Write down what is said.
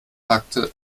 hakte